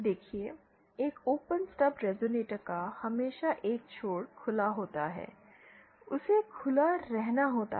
देखिए एक open stub resonator का हमेशा एक छोर खुला होता है उसे खुला रखना होता है